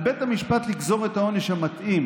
על בית המשפט לגזור את העונש המתאים